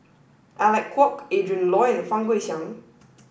Alec Kuok Adrin Loi and Fang Guixiang